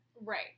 Right